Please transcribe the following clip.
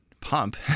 pump